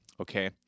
Okay